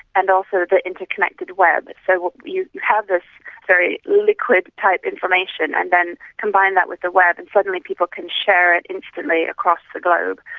and also the interconnected web. so you have this very liquid type information and then combine that with the web and suddenly people can share it instantly across the globe,